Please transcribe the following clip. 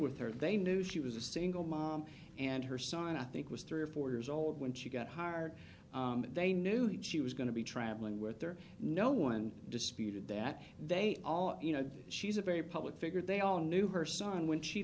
with her they knew she was a single mom and her son and i think was three or four years old when she got heart they knew that she was going to be traveling with her no one disputed that they all you know she's a very public figure they all knew her son when she